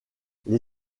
les